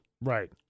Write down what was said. Right